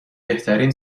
بهترین